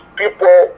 people